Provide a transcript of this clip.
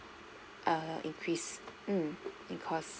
err increase mm in cost